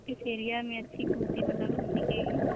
کس ایریا میں اچھی کرتی مطلب بکے گی